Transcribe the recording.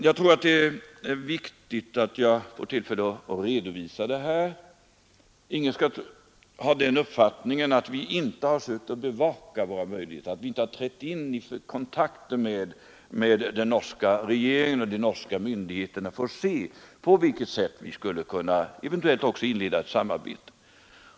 Jag tror att det är viktigt att jag får tillfälle att redovisa detta. Ingen skall ha den uppfattningen att vi inte sökt bevaka våra möjligheter, att vi inte trätt in i kontakter med den norska regeringen och de norska myndigheterna för att se på vilket sätt vi skulle kunna inleda ett eventuellt samarbete.